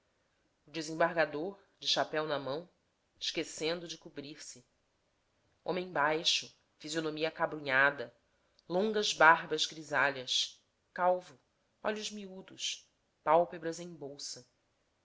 desembargador de chapéu na mão esquecendo de cobrir-se homem baixo fisionomia acabrunhada longas barbas grisalhas calvo olhos miúdos pálpebras em bolsa